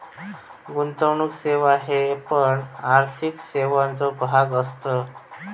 गुंतवणुक सेवा हे पण आर्थिक सेवांचे भाग असत